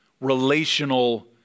relational